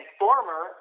former